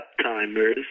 uptimers